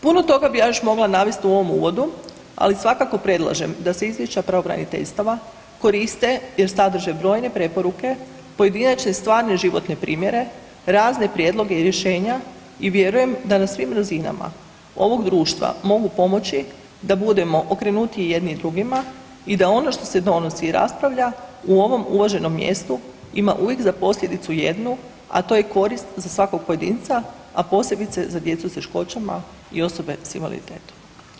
Puno toga bi ja još mogla navesti u ovom uvodu, ali svakako predlažem da se izvješća pravobraniteljstava koriste jer sadrže brojne preporuke, pojedinačne, stvarne, životne primjere, razne prijedloge i rješenja i vjerujem da na svim razinama ovog društva mogu pomoći da budemo okrenutiji jedni drugima i da ono što se donosi i raspravlja u ovom uvaženom mjestu ima uvijek za posljedicu jednu, a to je korist za svakog pojedinca, a posebice za djecu s teškoćama i osobe s invaliditetom.